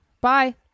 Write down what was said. Bye